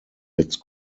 jetzt